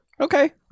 Okay